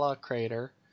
Crater